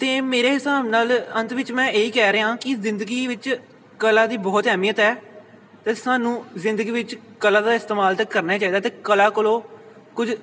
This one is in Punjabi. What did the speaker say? ਅਤੇ ਮੇਰੇ ਹਿਸਾਬ ਨਾਲ ਅੰਤ ਵਿੱਚ ਮੈਂ ਇਹੀ ਕਹਿ ਰਿਹਾਂ ਕਿ ਜ਼ਿੰਦਗੀ ਵਿੱਚ ਕਲਾ ਦੀ ਬਹੁਤ ਅਹਿਮੀਅਤ ਹੈ ਅਤੇ ਸਾਨੂੰ ਜ਼ਿੰਦਗੀ ਵਿੱਚ ਕਲਾ ਦਾ ਇਸਤੇਮਾਲ ਤਾਂ ਕਰਨਾ ਹੀ ਚਾਹੀਦਾ ਅਤੇ ਕਲਾ ਕੋਲੋਂ ਕੁਝ